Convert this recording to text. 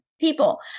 people